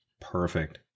Perfect